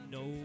no